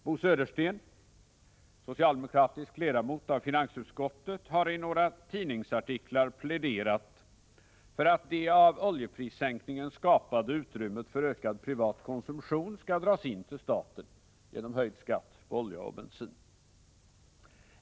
Bo Södersten, socialdemokratisk ledamot av finansutskottet, har i några tidningsartiklar pläderat för att det av oljeprissänkningen skapade utrymmet för ökad privat konsumtion skall dras in till staten genom höjd skatt på olja och bensin.